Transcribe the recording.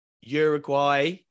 Uruguay